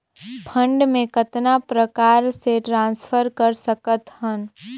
Fund मे कतना प्रकार से ट्रांसफर कर सकत हन?